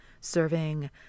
serving